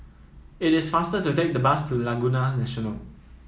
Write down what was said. it is faster to take the bus to Laguna National